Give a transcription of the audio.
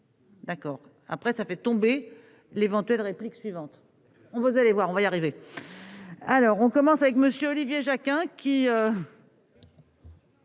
D'accord, après ça fait tomber l'éventuelle réplique suivante on vous allez voir, on va y arriver. Alors on commence avec monsieur Olivier Jacquin qui.